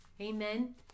amen